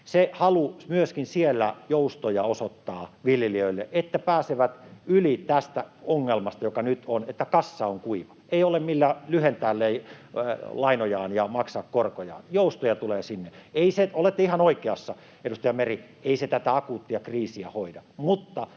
että myöskin siellä on halu osoittaa joustoja viljelijöille, että he pääsevät yli tästä ongelmasta, joka nyt on, että kassa on kuiva eikä ole millä lyhentää lainojaan ja maksaa korkojaan — joustoja tulee sinne. Olette ihan oikeassa, edustaja Meri: ei se tätä akuuttia kriisiä hoida,